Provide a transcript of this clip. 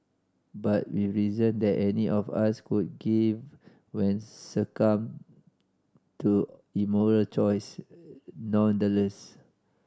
but with reason that any of us could give when succumbed to immoral choice nonetheless